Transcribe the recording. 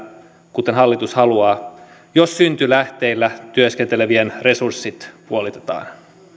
kuten hallitus haluaa jos syntylähteillä työskentelevien resurssit puolitetaan